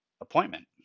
appointment